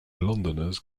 londoners